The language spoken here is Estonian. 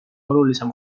olulisem